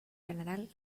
general